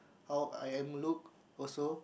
how I am a look also